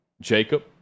Jacob